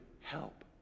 help